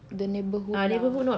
the neighbourhood lah